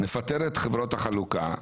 נפטר את חברות החלוקה,